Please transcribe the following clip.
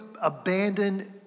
abandon